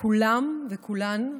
כולם וכולן?